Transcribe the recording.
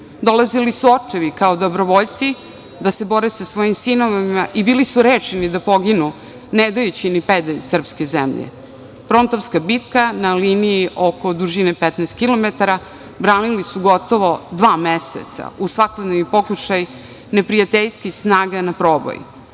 oružju. Dolazili su očevi kao dobrovoljci, da se bore sa svojim sinovima i bili su rešeni da poginu, ne dajući ni pedalj srpske zemlje. Frontovska bitka na liniji oko dužine 15 kilometara, branili su gotovo dva meseca, uz svakodnevne pokušaje neprijateljskih snaga na proboj. Najjači